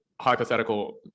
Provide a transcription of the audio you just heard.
Hypothetical